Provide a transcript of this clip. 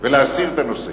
ולהסיר את הנושא.